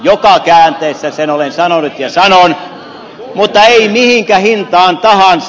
joka käänteessä sen olen sanonut ja sanon mutta ei mihin hintaan tahansa